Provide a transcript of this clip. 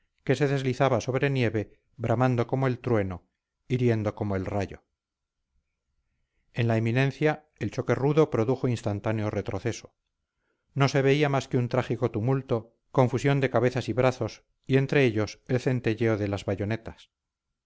que se deslizaba sobre nieve bramando como el trueno hiriendo como el rayo en la eminencia el choque rudo produjo instantáneo retroceso no se veía más que un trágico tumulto confusión de cabezas y brazos y entre ellos el centelleo de las bayonetas